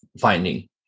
finding